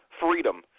freedom